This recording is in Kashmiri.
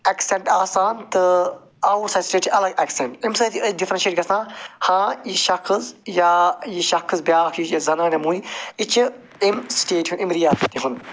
اٮ۪کسَنٹ آسان تہٕ اَوُٹ سایِڈ سِٹیٹ چھِ اَلگ اٮ۪کسَنٹ أمۍ سۭتۍ چھِ أسۍ ڈِفرَنشیٹ گژھان ہاں یہِ شخص یا یہِ شخص بیاکھ یہِ زنان یا مُہۍ یہِ چھِ أمۍ سِٹیٹ ہنٛد أمۍ رِیاست ہُنٛد